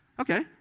Okay